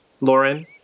Lauren